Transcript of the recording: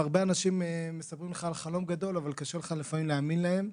הרבה אנשים מספרים לך על חלום גדול אבל קשה לך לפעמים להאמין להם,